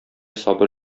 сабыр